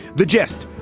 the gist?